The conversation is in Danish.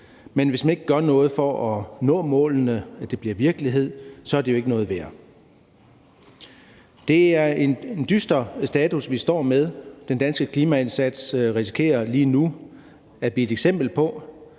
men hvis man ikke gør noget for at nå målene, så de bliver virkelighed, er det jo ikke noget værd. Det er en dyster status, vi står med. Den danske klimaindsats risikerer lige nu at blive et eksempel på,